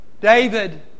David